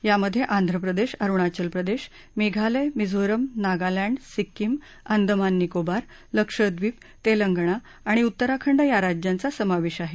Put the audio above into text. यामधे आंध्रप्रदेश अरुणाचल प्रदेश मेघालय मिझोरम नागालँड सिक्कीम अंदमान निकोबार लक्षद्विप तेलंगणा आणि उत्तराखंड या राज्यांचा समावेश आहे